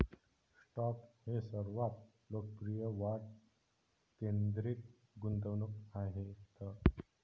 stock हे सर्वात लोकप्रिय वाढ केंद्रित गुंतवणूक आहेत